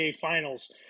Finals